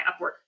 Upwork